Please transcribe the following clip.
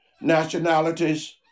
nationalities